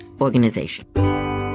organization